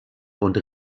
und